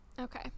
Okay